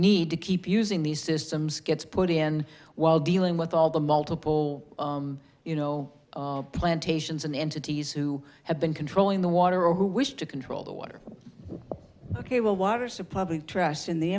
need to keep using these systems gets put in while dealing with all the multiple you know plantations and entities who have been controlling the water or who wish to control the water ok well water's a public trust in the